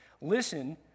Listen